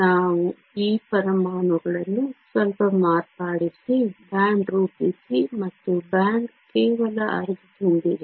ನಾನು ಈ ಪರಮಾಣುಗಳನ್ನು ಸ್ವಲ್ಪ ಮಾರ್ಪಡಿಸಿ ಬ್ಯಾಂಡ್ ರೂಪಿಸಿ ಮತ್ತು ಬ್ಯಾಂಡ್ ಕೇವಲ ಅರ್ಧ ತುಂಬಿದೆ